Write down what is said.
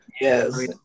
Yes